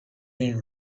been